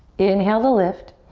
inhale to lift.